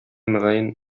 мөгаен